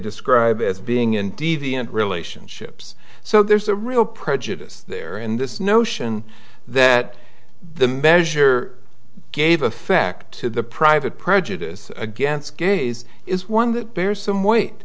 describe as being in deviant relationships so there's a real prejudice there in this notion that the measure gave effect to the private prejudice against gays is one that bears some weight